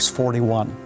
41